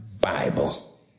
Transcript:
Bible